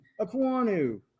Aquanu